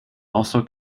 also